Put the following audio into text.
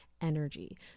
energy